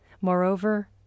Moreover